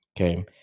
Okay